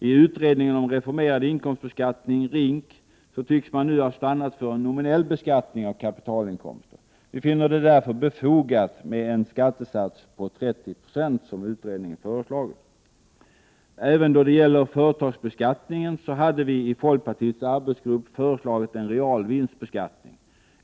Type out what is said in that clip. I utredningen om reformerad inkomstbeskattning, RINK, tycks man nu ha stannat för en nominell beskattning av kapitalinkomster. Vi finner det därför befogat med en skattesats på 30 90, som utredningen föreslagit. Även då det gäller företagsbeskattningen hade vi i folkpartiets arbetsgrupp föreslagit att man skulle ha en real vinstbeskattning.